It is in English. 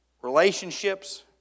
relationships